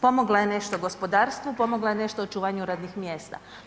Pomogla je nešto gospodarstvu, pomogla je nešto očuvanju radnih mjesta.